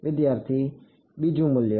વિદ્યાર્થી બીજું કોઈ મૂલ્ય